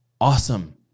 awesome